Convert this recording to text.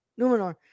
Numenor